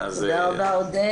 תודה רבה עודד,